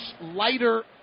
lighter